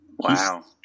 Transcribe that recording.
Wow